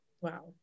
Wow